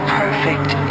perfect